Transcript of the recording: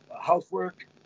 housework